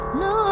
no